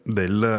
del